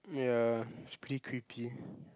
ya it's pretty creepy